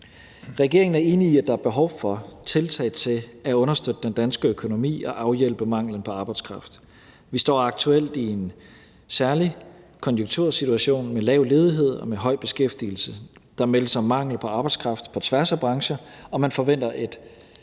Regeringen er enig i, at der er behov for tiltag til at understøtte den danske økonomi og afhjælpe manglen på arbejdskraft. Vi står aktuelt i en særlig konjunktursituation med lav ledighed og med høj beskæftigelse. Der meldes om mangel på arbejdskraft på tværs af brancher, og man forventer, at